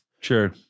Sure